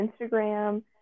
Instagram